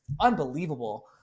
unbelievable